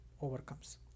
overcomes